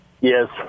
Yes